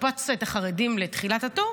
הקפצת את החרדים לתחילת התור,